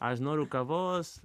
aš noriu kavos